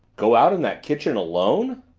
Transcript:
go out in that kitchen alone?